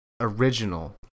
original